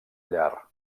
llar